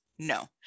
no